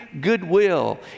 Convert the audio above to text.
goodwill